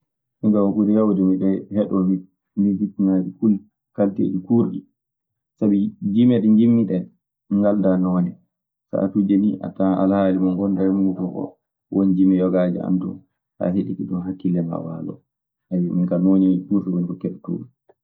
Minka ku ɓuri heewde miɗe heɗoo musikiŋaaji fulɓe kalteeji kuurɗi. Sabi jimme ɗi njiɗmi ɗee ngaldaa noone. Saatuuji nii a tawan alhaali mo ngonɗaa e muuɗun oo won jimme yogaaji ana ton so a heɗike ɗun hakkille maa waaloto. min kaa noon nii fulɓe woni ko keɗotoomi.